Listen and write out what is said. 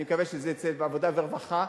אני מקווה שזה יהיה בעבודה ורווחה,